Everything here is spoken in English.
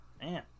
Man